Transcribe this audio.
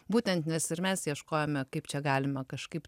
būtent nes ir mes ieškojome kaip čia galima kažkaip